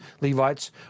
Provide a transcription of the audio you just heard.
Levites